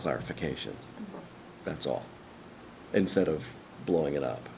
clarification that's all instead of blowing it up